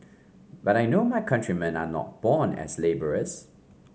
but I know my countrymen are not born as labourers